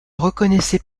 reconnaissait